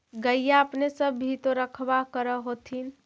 गईया अपने सब भी तो रखबा कर होत्थिन?